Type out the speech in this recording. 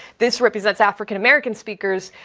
this represents african-american speakers,